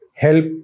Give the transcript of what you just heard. help